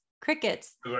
Crickets